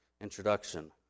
introduction